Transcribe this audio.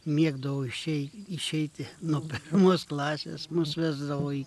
mėgdavau išeiti išeiti nuo pirmos klasės mus vesdavo į